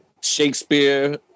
Shakespeare